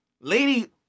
Lady